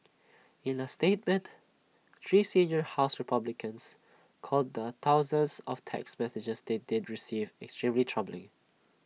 in A statement three senior house republicans called the thousands of text messages they did receive extremely troubling